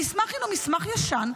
המסמך הינו מסמך ישן,